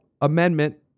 Amendment